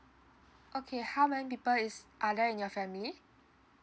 okay how many people is are there in your family